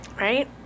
Right